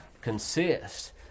consist